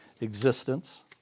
existence